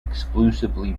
exclusively